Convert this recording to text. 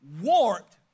warped